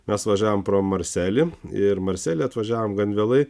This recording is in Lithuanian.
mes važiavome pro marselį ir marsely atvažiavom gan vėlai